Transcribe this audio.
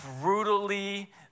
brutally